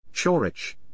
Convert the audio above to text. Chorich